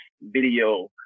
video